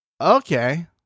okay